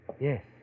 Yes